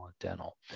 dental